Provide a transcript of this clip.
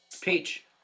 peach